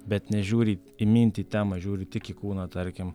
bet nežiūri į mintį temą žiūri tik į kūną tarkim